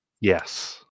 Yes